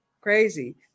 Crazy